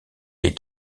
est